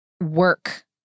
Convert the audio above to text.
work